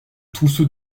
trousseau